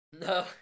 No